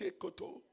koto